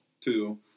two